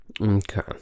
Okay